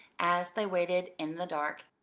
as they waited in the dark.